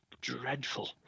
dreadful